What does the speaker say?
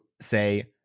say